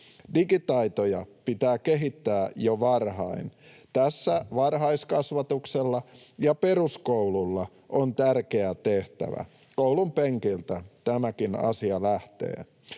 Digitaitoja pitää kehittää jo varhain. Tässä varhaiskasvatuksella ja peruskoululla on tärkeä tehtävä: koulun penkiltä tämäkin asia lähtee.